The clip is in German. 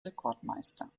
rekordmeister